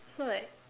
so like